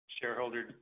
shareholder